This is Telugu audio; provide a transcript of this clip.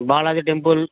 బాలాజి టెంపుల్